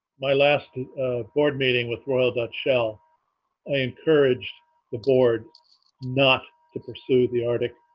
my last ah board meeting with royal dutch shell i encouraged the board not to pursue the arctic